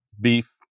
beef